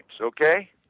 okay